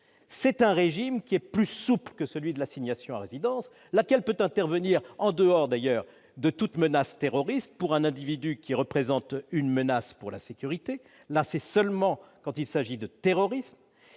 c'est un régime qui est plus souple que celui de l'assignation à résidence, laquelle peut intervenir en dehors d'ailleurs de toute menace terroriste pour un individu qui représentent une menace pour la sécurité, là, c'est seulement quand il s'agit de terroristes,